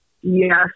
Yes